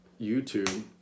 YouTube